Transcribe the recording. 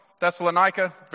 Thessalonica